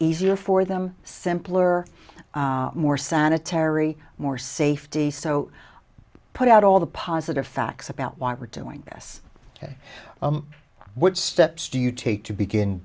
easier for them simpler more sanitary more safety so put out all the positive facts about why we're doing this ok what steps do you take to begin